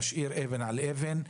נשאיר אבן על אבן.